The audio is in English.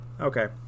okay